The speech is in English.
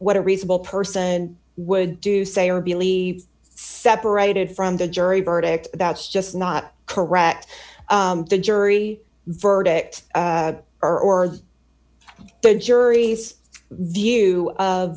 what a reasonable person would do say or believe separated from the jury verdict that's just not correct the jury verdict or the jury's view of